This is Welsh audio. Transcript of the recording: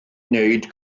wneud